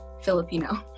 Filipino